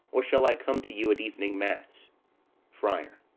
or shall i come to you at evening mass friar.